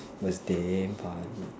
what is damn funny